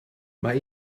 mae